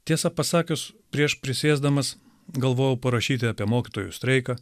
tiesą pasakius prieš prisėsdamas galvojau parašyti apie mokytojų streiką